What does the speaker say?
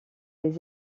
des